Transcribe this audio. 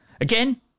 Again